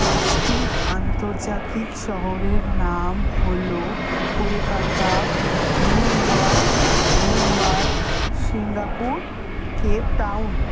পাঁচটি আন্তর্জাতিক শহরের নাম হলো Kolkata New York Mumbai Singapore Cape Town